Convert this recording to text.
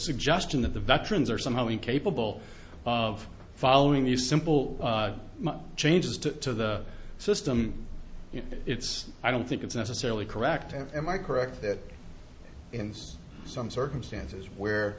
suggestion that the veterans are somehow incapable of following these simple changes to the system it's i don't think it's necessarily correct am i correct that ins some circumstances where